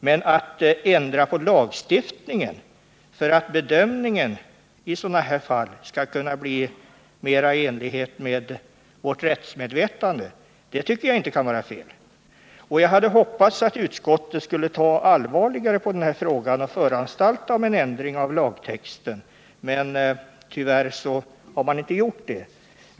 Men att ändra lagstiftningen för att bedömningen i sådana här fall skall kunna bli mera i enlighet med vårt rättsmedvetande kan inte vara fel. Jag hade hoppats att utskottet skulle ta allvarligare på denna fråga och föranstalta om en ändring av lagtexten, men tyvärr har man inte gjort det.